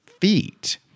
feet